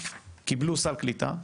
קיבלו סל קליטה,